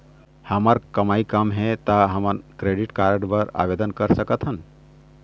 हमर कमाई कम हे ता हमन क्रेडिट कारड बर आवेदन कर सकथन?